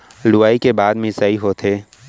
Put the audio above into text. लुवई के बाद मिंसाई होथे